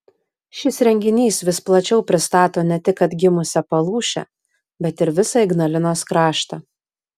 šis renginys vis plačiau pristato ne tik atgimusią palūšę bet ir visą ignalinos kraštą